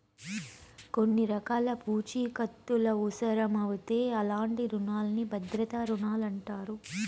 కొన్ని రకాల పూఛీకత్తులవుసరమవుతే అలాంటి రునాల్ని భద్రతా రుణాలంటారు